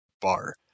bar